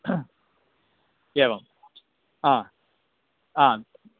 एवम् हा आम्